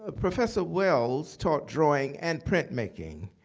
ah professor wells taught drawing and printmaking.